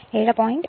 1 7